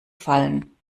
fallen